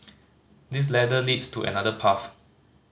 this ladder leads to another path